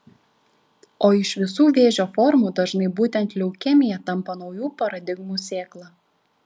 o iš visų vėžio formų dažnai būtent leukemija tampa naujų paradigmų sėkla